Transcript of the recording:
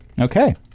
Okay